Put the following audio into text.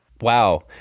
Wow